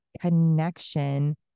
connection